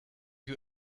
you